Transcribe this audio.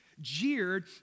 Jeered